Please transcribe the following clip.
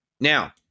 Now